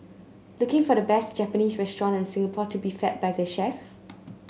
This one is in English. looking for the best Japanese restaurant in Singapore to be fed by the chef